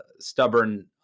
stubborn